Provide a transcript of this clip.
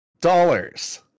dollars